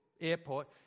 airport